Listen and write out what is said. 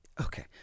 Okay